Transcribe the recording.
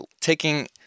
taking